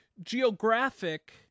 geographic